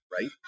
right